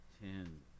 ten